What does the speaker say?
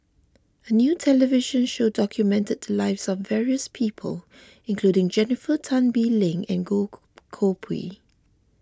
a new television show documented the lives of various people including Jennifer Tan Bee Leng and Goh Koh Pui